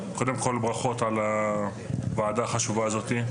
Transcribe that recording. קודם כל ברכות על הוועדה החשובה הזאתי,